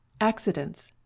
Accidents